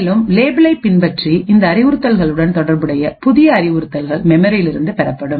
மேலும் லேபிளைப் பின்பற்றி இந்த அறிவுறுத்தல்களுடன் தொடர்புடைய புதிய அறிவுறுத்தல்கள் மெமரியிலிருந்து பெறப்படும்